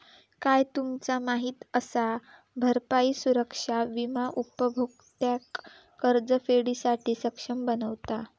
काय तुमचा माहित असा? भरपाई सुरक्षा विमा उपभोक्त्यांका कर्जफेडीसाठी सक्षम बनवता